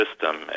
system